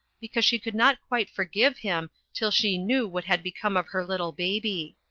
because she could not quite forgive him till she knew what had be come of her little baby.